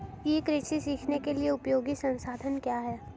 ई कृषि सीखने के लिए उपयोगी संसाधन क्या हैं?